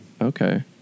Okay